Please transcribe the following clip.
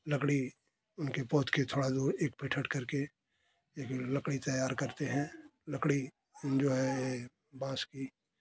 लकड़ी उनके पौध के थोड़ा दूर एक फीट हट करके एक लकड़ी तैयार करते हैं लकड़ी जो है बाँस की